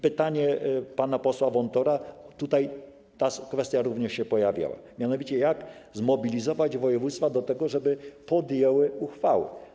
Pytanie pana posła Wontora, ta kwestia również się pojawiała, mianowicie jak zmobilizować województwa do tego, żeby podjęły uchwały.